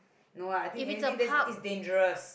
no ah I think anything is dangerous